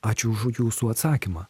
ačiū už jūsų atsakymą